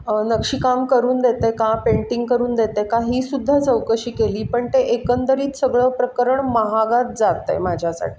नक्षीकाम करून देत आहे का पेंटिंग करून देते का हीसुद्धा चौकशी केली पण ते एकंदरीत सगळं प्रकरण महागात जात आहे माझ्यासाठी